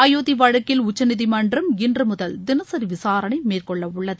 அயோத்தி வழக்கில் உச்சநீதிமன்றம் இன்று மூதல் தினசரி விசாரணை மேற்கொள்ள உள்ளது